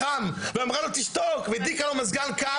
חם ואמרה לו לשתוק והדליקה לו מזגן קר,